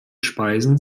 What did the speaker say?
speisen